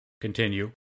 continue